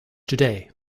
today